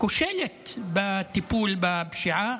כושלת בטיפול בפשיעה.